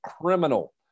criminal